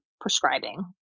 prescribing